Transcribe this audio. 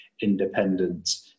independent